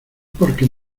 porque